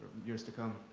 years to come.